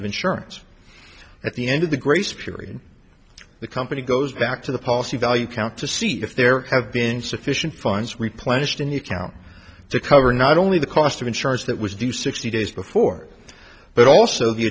of insurance at the end of the grace period the company goes back to the policy value count to see if there have been sufficient funds replenished in the account to cover not only the cost of insurance that was due sixty days before but also the